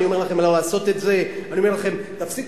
אני אומר לכם לא לעשות את זה ואני אומר לכם תפסיקו?